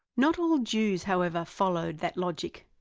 not all jews however, followed that logic.